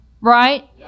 Right